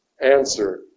answer